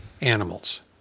animals